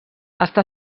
està